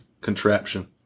Contraption